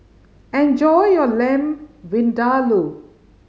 enjoy your Lamb Vindaloo